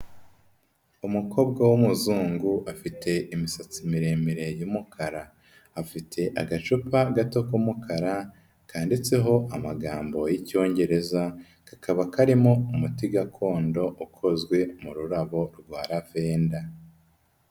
Umukobwa w'umuzungu afite imisatsi miremire y'umukara, afite agacupa gato k'umukara kanditseho amagambo y'icyongereza kakaba karimo umuti gakondo ukozwe mu rurabo rwa ravenda.